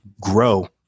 grow